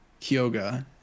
Kyoga